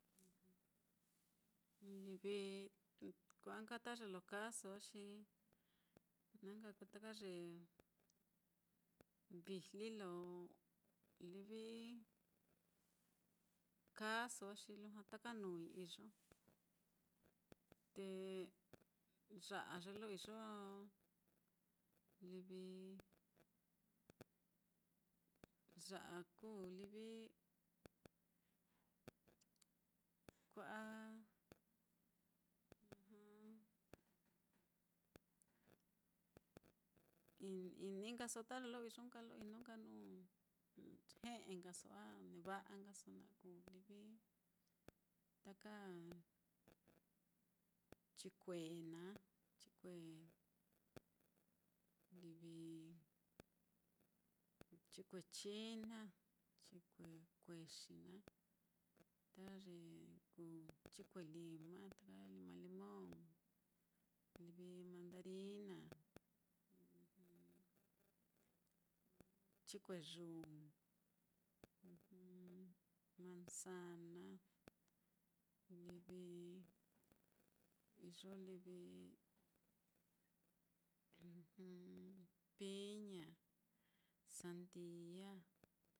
Livi kua'a nka ta ye lo kaaso á, xi na nka kuu taka ye vijli lo livi kaaso á xi lujua taka nuui iyo, te ya á ye lo iyo livi ya á kuu livi, kua'a ini nkaso ta ye lo iyo lo ino nka nuu nkaso a neva'a nkaso kuu livi taka chikue naá, chikue livi chikue china, chikue kuexi naá, ta ye kuu chikue lima, lima limon, livi mandarina, livi chikue yuu, manzana, livi iyo glivi h piña, sandia,